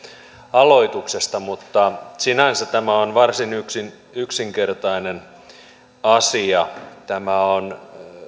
aloituksesta mutta sinänsä tämä on varsin yksinkertainen asia tämä on